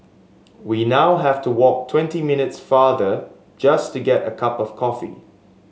we now have to walk twenty minutes farther just to get a cup of coffee